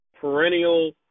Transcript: perennial